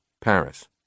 Paris